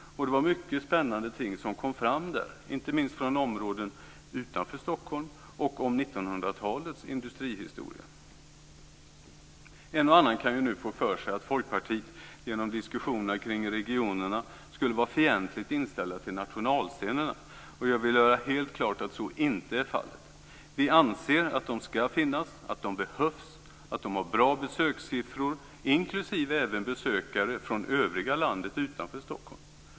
Det var många spännande ting som kom fram där, inte minst från områden utanför Stockholm och om 1900-talets industrihistoria. En och annan kan få för sig att Folkpartiet genom diskussionerna kring regionerna skulle vara fientligt inställd till nationalscenerna. Jag vill göra helt klart att så inte är fallet. Vi anser att de ska finnas, att de behövs, att de har bra besökssiffror inklusive besökare från övriga landet utanför Stockholm.